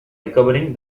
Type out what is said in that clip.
recovering